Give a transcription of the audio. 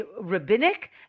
rabbinic